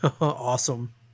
Awesome